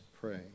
pray